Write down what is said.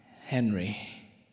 Henry